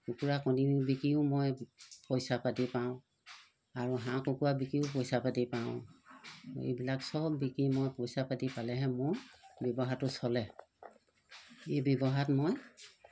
কুকুৰা কণী বিকিও মই পইচা পাতি পাওঁ আৰু হাঁহ কুকুৰা বিকিও পইচা পাতি পাওঁ এইবিলাক চব বিকি মই পইচা পাতি পালেহে মোৰ ব্যৱসায়টো চলে এই ব্যৱসায়ত মই